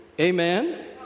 Amen